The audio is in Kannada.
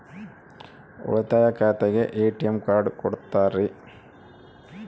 ಉಳಿತಾಯ ಖಾತೆಗೆ ಎ.ಟಿ.ಎಂ ಕಾರ್ಡ್ ಕೊಡ್ತೇರಿ?